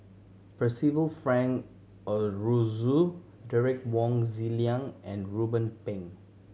Percival Frank Aroozoo Derek Wong Zi Liang and Ruben Pang